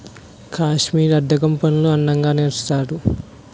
కాశ్మీరీ అద్దకం పనులు అందంగా నేస్తారు